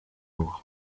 uwo